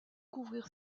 couvrir